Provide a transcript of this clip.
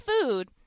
food